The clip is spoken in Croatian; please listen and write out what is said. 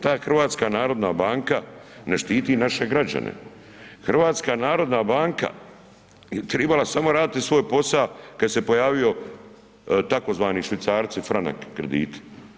Ta HNB ne štiti naše građane, HNB tribala je samo raditi svoj posa kada se pojavio tzv. švicarci franak krediti.